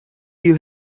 you